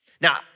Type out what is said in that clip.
Now